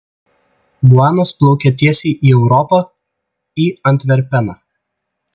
guanas plaukia tiesiai į europą į antverpeną